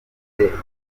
rifite